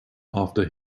after